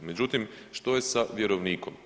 Međutim, što je sa vjerovnikom?